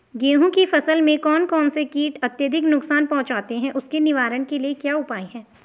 गेहूँ की फसल में कौन कौन से कीट अत्यधिक नुकसान पहुंचाते हैं उसके निवारण के क्या उपाय हैं?